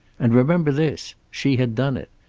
and remember this. she had done it.